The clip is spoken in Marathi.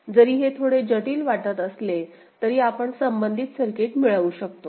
जरी हे थोडे जटील वाटत असले तरी आपण संबंधित सर्किट मिळवु शकतो